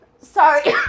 Sorry